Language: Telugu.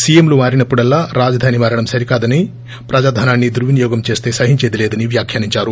సీఎంలు మారినప్పుడల్లా రాజధాని మారడం సరికాదని ప్రజాధనాన్ని దుర్పినియోగం చేస్తే సహించేది లేదని వ్యాఖ్యానించారు